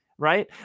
right